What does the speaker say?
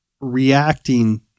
reacting